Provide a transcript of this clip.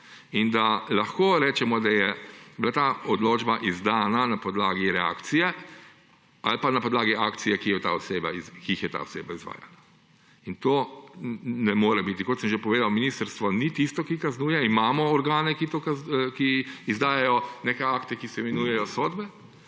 in da lahko rečemo, da je bila ta odločba izdana na podlagi reakcije ali pa na podlagi akcije, ki jih je ta oseba izvajala. In kot sem že povedal, ministrstvo ni tisto, ki kaznuje, imamo organe, ki izdajajo neke akte, ki se imenuje sodbe;